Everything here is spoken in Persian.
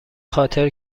خاطر